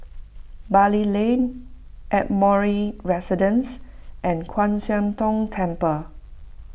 Bali Lane Residence and Kwan Siang Tng Temple